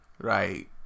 right